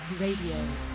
Radio